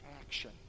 action